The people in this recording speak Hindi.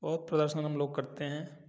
बहुत प्रदर्शन हम लोग करते हैं